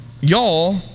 y'all